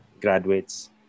graduates